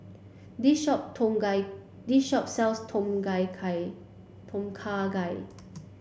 this shop Tom Gai this shop sells Tom Gai Kha Tom Kha Gai